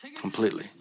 Completely